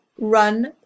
run